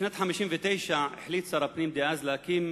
בשנת 1959 החליט שר הפנים דאז להקים